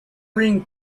ring